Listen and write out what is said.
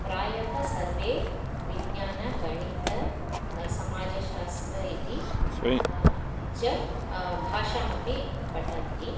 प्रायः सर्वे विज्ञानं गणितं समाजशास्त्रम् इति च भाषामपि पठन्ति